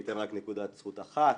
ניתן רק נקודת זכות אחת.